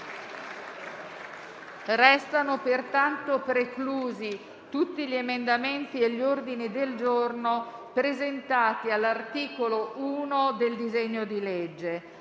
Risultano pertanto preclusi tutti gli emendamenti e gli ordini del giorno presentati all'articolo 1 del disegno di legge.